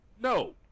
No